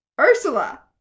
Ursula